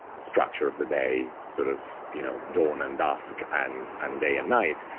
structure of the day, sort of, you know, dawn and dusk and um day and night,